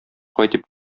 кайтып